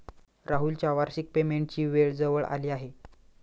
राहुलच्या वार्षिक पेमेंटची वेळ जवळ आली आहे